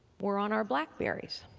were on our blackberries.